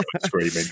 screaming